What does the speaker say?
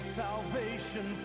salvation